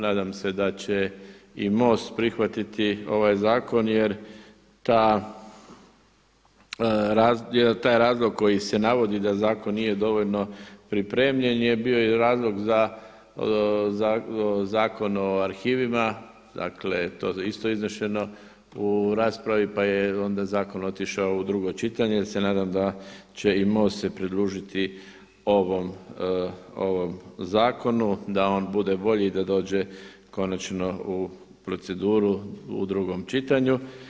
Nadam se da će i MOST prihvatiti ovaj zakon jer taj razlog koji se navodi da zakon nije dovoljno pripremljen je bio i razlog Zakon o arhivima, dakle to je isto izneseno u raspravi pa je onda zakon otišao u drugo čitanje ja se nadam da će i MOST se pridružiti ovom zakonu da on bude bolji i da dođe konačno u proceduru u drugom čitanju.